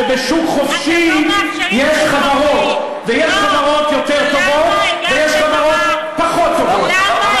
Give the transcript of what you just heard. שבשוק חופשי יש חברות, אתם לא מאפשרים